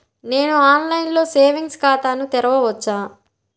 నేను ఆన్లైన్లో సేవింగ్స్ ఖాతాను తెరవవచ్చా?